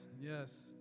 Yes